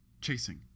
Chasing